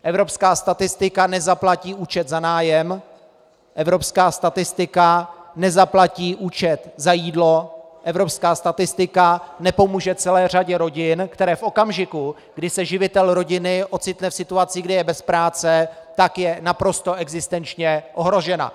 Evropská statistika nezaplatí účet za nájem, evropská statistika nezaplatí účet za jídlo, evropská statistika nepomůže celé řadě rodin, které v okamžiku, kdy se živitel rodiny ocitne v situaci, kdy je bez práce, tak je naprosto existenčně ohrožena.